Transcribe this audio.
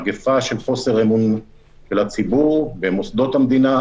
מגפה של חוסר אמון של הציבור במוסדות המדינה.